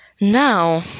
now